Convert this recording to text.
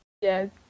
yes